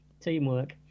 Teamwork